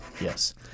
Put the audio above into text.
Yes